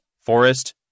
forest